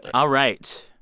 all right,